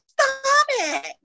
stomach